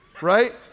right